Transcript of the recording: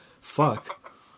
fuck